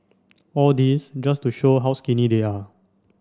all this just to show how skinny they are